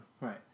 Right